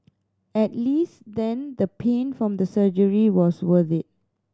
at least then the pain from the surgery was worth it